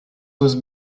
was